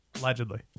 Allegedly